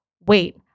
wait